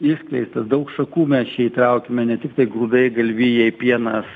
išskleistas daug šakų mes čia įtraukiame ne tiktai grūdai galvijai pienas